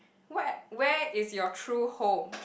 what where is your true home